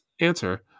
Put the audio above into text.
answer